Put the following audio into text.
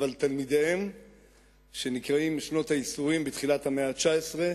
אבל תלמידיהם שנקראים בשנות הייסורים בתחילת המאה ה-19,